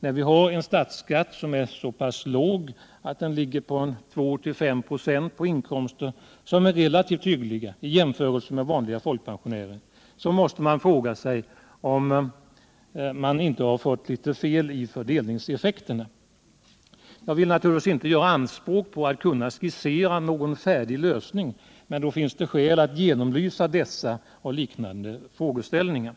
När vi har en statsskatt som är så pass låg att den ligger kring 2-5 26 på inkomster som är relativt hyggliga, i jämförelse med vanliga folkpensionärers inkomster, måste man fråga sig om fördelningseffekterna är riktiga. Jag vill naturligtvis inte göra anspråk på att kunna skissera någon färdig lösning, men nog finns det skäl att genomlysa dessa och liknande frå Nr 45 geställningar.